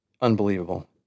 unbelievable